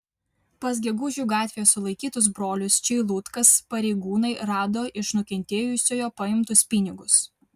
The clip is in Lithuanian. pas gegužių gatvėje sulaikytus brolius čeilutkas pareigūnai rado iš nukentėjusiojo paimtus pinigus